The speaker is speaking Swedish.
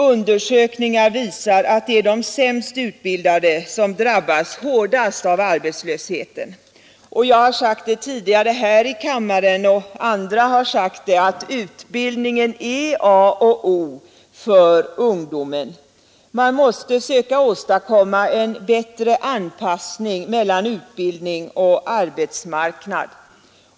Undersökningar visar att det är de sämst utbildade som drabbas hårdast av arbetslösheten. Jag har sagt det tidigare här i kammaren och andra har sagt det: Utbildning är A och O för ungdomen. Man måste söka åstadkomma en bättre anpassning mellan utbildning och arbetsmarknad.